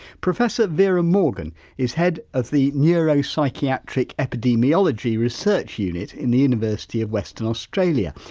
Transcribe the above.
professor vera morgan is head of the neuropsychiatric epidemiology research unit in the university of western australia.